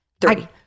Three